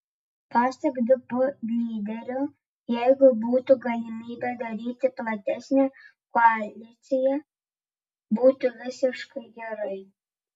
pasak dp lyderio jeigu būtų galimybė daryti platesnę koaliciją būtų visiškai gerai